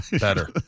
better